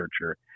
researcher